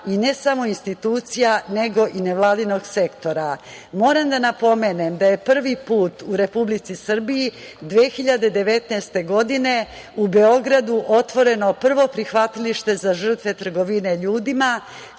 i ne samo institucija, nego i nevladinog sektora. Moram da napomenem da je prvi put u Republici Srbiji 2019. godine u Beogradu otvoreno prvo prihvatilište za žrtve trgovine ljudima,